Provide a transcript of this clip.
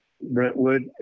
Brentwood